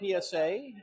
PSA